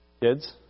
Kids